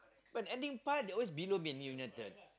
but ending part they always below Man-United